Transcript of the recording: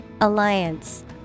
Alliance